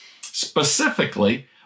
Specifically